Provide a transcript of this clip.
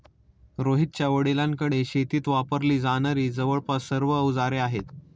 रोहितच्या वडिलांकडे शेतीत वापरली जाणारी जवळपास सर्व अवजारे आहेत